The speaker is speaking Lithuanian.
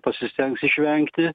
pasistengs išvengti